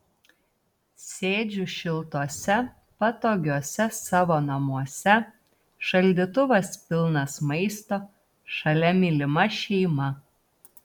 sėdžiu šiltuose patogiuose savo namuose šaldytuvas pilnas maisto šalia mylima šeima